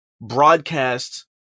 broadcast